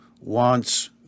wants